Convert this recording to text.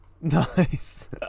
nice